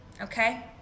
okay